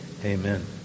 Amen